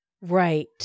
right